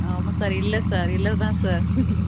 ஆமாம் சார் இல்லை சார் இல்லைதான் சார்